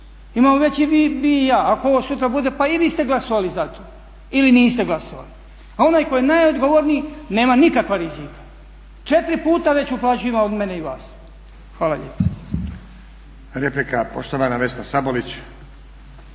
Imamo veći vi i ja. Ako ovo sutra bude pa i vi ste glasovali za to ili niste glasovali. A onaj ko je najodgovorniji nema nikakva rizika. Četiri puta već uplaćiva od mene i vas. Hvala lijepa.